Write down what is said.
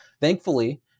Thankfully